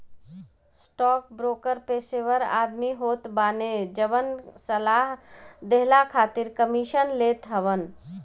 stockbroker पेशेवर आदमी होत बाने जवन सलाह देहला खातिर कमीशन लेत हवन